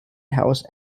house